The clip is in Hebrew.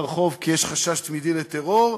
ביטחון אישי ואין לנו בעיות של טרור,